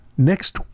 next